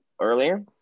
earlier